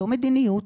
לא מדיניות.